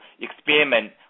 experiment